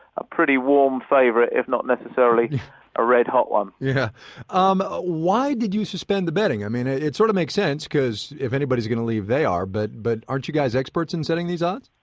a pretty warm favorite, if not necessarily a red-hot one yeah um ah why did you suspend the betting? and it it sort of makes sense, cause if anybody's going to leave they are. but but aren't you guys experts in setting these odds?